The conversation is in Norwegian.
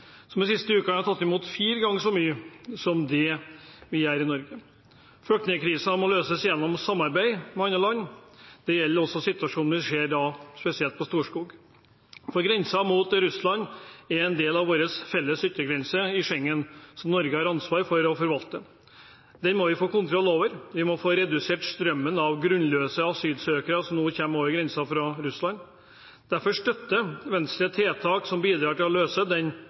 som i det siste har tatt imot fire ganger så mange som Norge. Flyktningkrisen må løses gjennom samarbeid med andre land. Det gjelder også situasjonen vi ser spesielt på Storskog. Grensen mot Russland er en del av vår felles yttergrense i Schengen, som Norge har ansvar for å forvalte. Den må vi få kontroll over. Vi må få redusert strømmen av grunnløse asylsøkere som nå kommer over grensen fra Russland. Derfor støtter Venstre tiltak som bidrar til å løse den